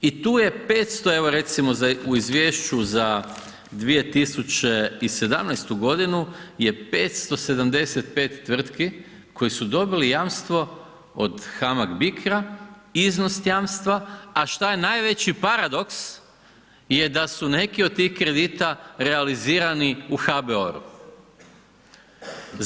I tu je 500, evo recimo u Izvješću za 2017. godinu je 575 tvrtki koje su dobile jamstvo od HAMAG-BICRO-a iznos jamstva, a što je najveći paradoks je da su neki od tih kredita realizirani u HBOR-u.